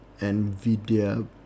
Nvidia